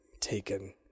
taken